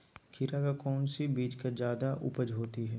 खीरा का कौन सी बीज का जयादा उपज होती है?